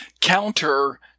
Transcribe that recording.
counter